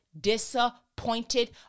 disappointed